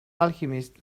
alchemist